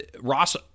Ross